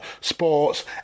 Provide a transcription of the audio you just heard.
sports